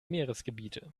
meeresgebiete